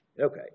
Okay